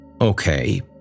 Okay